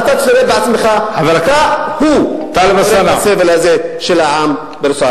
חבר הכנסת, חבר הכנסת.